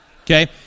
Okay